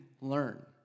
learn